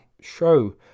show